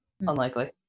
unlikely